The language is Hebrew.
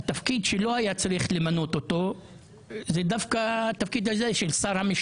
זה מצטרף לקטע שראיתי אתמול של שר האוצר